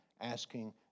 asking